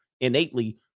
innately